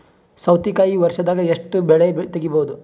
ಸೌತಿಕಾಯಿ ವರ್ಷದಾಗ್ ಎಷ್ಟ್ ಬೆಳೆ ತೆಗೆಯಬಹುದು?